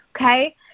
Okay